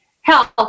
health